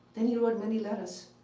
then he wrote many letters.